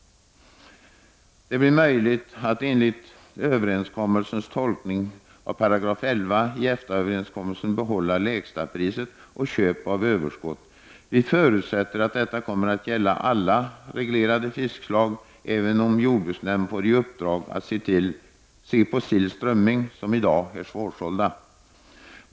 Det blir enligt överenskommen tolkning av artikel 13 i EFTA-överenskommelsen möjligt att behålla reglerna om lägsta tillåtna pris och köp av överskott. Vi förutsätter att detta kommer att gälla alla reglerade fiskslag, även om jordbruksnämnden får i uppdrag att se på sill och strömming, som i dag är svårsålda.